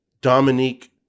Dominique